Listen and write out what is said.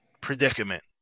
predicament